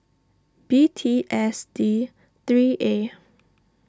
B T S D three A